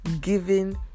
giving